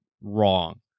wrong